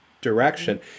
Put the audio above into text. direction